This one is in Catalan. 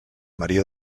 maria